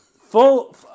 full